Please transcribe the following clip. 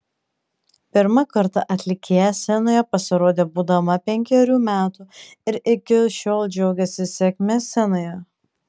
pirmą kartą atlikėja scenoje pasirodė būdama penkerių metų ir iki šiol džiaugiasi sėkme scenoje